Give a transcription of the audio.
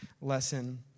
lesson